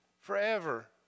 forever